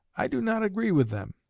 i do not agree with them.